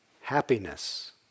Happiness